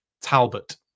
Talbot